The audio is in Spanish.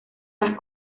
más